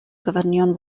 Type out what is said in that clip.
gofynion